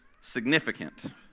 significant